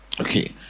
Okay